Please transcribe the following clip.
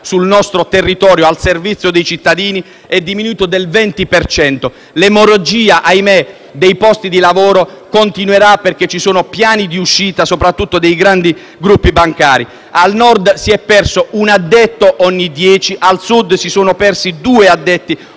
sul nostro territorio, al servizio dei cittadini, è diminuito del 20 per cento. L'emorragia - ahimè - dei posti di lavoro continuerà, perché ci sono piani di uscita, soprattutto dei grandi gruppi bancari. Al Nord si è perso un addetto ogni dieci. Al Sud si sono persi due addetti